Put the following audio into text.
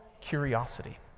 curiosity